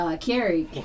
Carrie